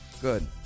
Good